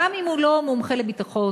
גם אם הוא לא מומחה לביטחון,